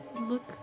look